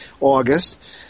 August